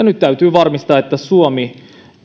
nyt täytyy varmistaa